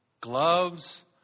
Gloves